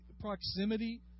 proximity